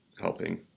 helping